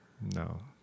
No